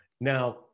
Now